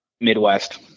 midwest